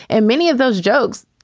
and many of those jokes,